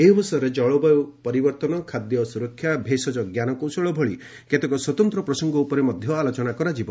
ଏହି ଅବସରରେ ଜଳବାୟୁ ପରିବର୍ତ୍ତନ ଖାଦ୍ୟ ସ୍ୱରକ୍ଷା ଭେଷଜ ଜ୍ଞାନ କୌଶଳ ଭଳି କେତେକ ସ୍ୱତନ୍ତ୍ର ପ୍ରସଙ୍ଗ ଉପରେ ମଧ୍ୟ ଆଲୋଚନା କରାଯିବ